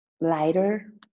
lighter